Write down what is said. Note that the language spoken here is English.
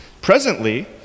Presently